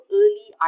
early